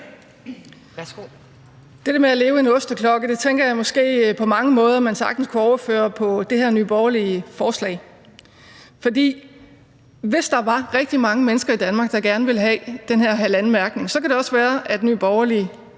der med at leve i en osteklokke tænker jeg måske at man på mange måder sagtens kunne overføre på det her forslag fra Nye Borgerlige. For hvis der var rigtig mange mennesker i Danmark, der gerne ville have den her halalmærkning, så kunne det også være, at Nye Borgerlige